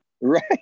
right